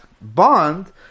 bond